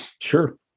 Sure